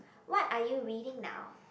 what are you reading now